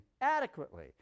adequately